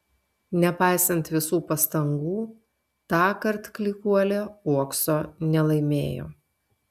nepaisant visų pastangų tąkart klykuolė uokso nelaimėjo